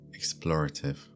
explorative